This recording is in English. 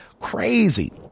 crazy